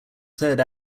third